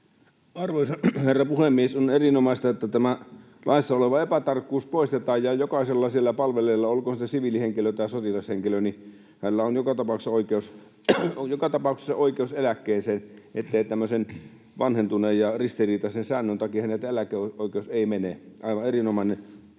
Arvoisa herra puhemies! On erinomaista, että tämä laissa oleva epätarkkuus poistetaan ja jokaisella siellä palvelleella, olkoon siviilihenkilö tai sotilashenkilö, on joka tapauksessa oikeus eläkkeeseen, ettei tämmöisen vanhentuneen ja ristiriitaisen säännön takia häneltä eläkeoikeus mene. Aivan erinomainen